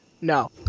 No